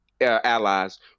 allies